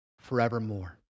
forevermore